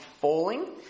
falling